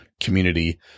community